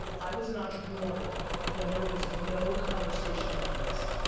i was an entrepreneur when there was no conversation around this.